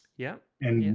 yeah, and yeah,